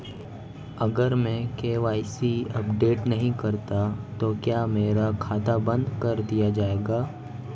अगर मैं KYC update नहीं करता तो क्या मेरा खाता बंद कर दिया जाएगा?